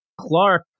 Clark